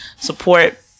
support